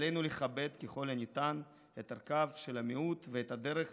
עלינו לכבד ככל הניתן את ערכיו של המיעוט ואת דרך